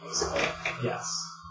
Yes